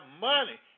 money